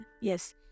yes